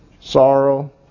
sorrow